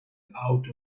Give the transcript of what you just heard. out